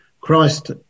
Christ